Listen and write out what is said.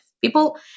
People